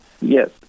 Yes